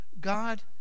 God